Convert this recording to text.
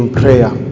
prayer